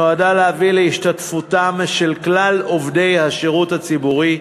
נועדה להביא להשתתפותם של כלל עובדי השירות הציבורי,